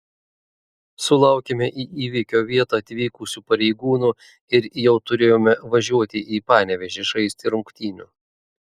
sulaukėme į įvykio vietą atvykusių pareigūnų ir jau turėjome važiuoti į panevėžį žaisti rungtynių